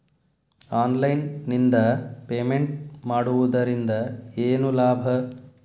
Online ನಿಂದ payment ಮಾಡುವುದರಿಂದ ಏನು ಲಾಭ?